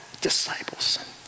disciples